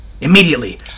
Immediately